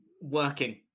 Working